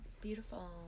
Beautiful